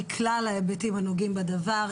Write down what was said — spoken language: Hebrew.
מכלל ההיבטים הנוגעים בדבר,